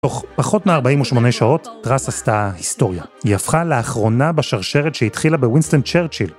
‫תוך פחות מ-48 שעות, ‫טרס עשתה היסטוריה. ‫היא הפכה לאחרונה בשרשרת ‫שהתחילה בווינסטון צ'רצ'יל.